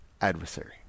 adversary